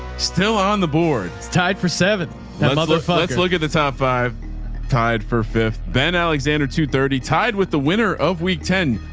still on the board. it's tied for seven and motherfucker. look at the top five tied for fifth. ben alexander, two thirty tied with the winner of week ten,